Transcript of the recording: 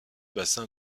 bassin